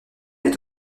est